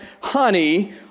honey